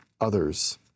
others